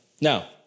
Now